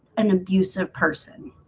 an abusive person